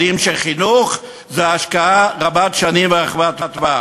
יודעים שחינוך זה השקעה רבת שנים ורחבת טווח.